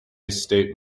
state